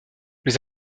les